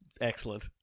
Excellent